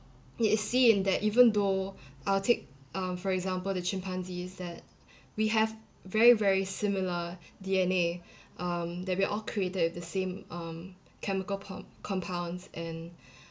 it is seen that even though I'll take uh for example the chimpanzees that we have very very similar D_N_A um that we are all created with the same um chemical com~ compounds and